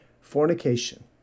fornication